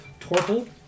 tortle